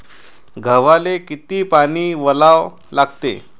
गव्हाले किती पानी वलवा लागते?